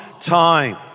time